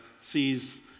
sees